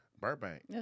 Burbank